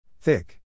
Thick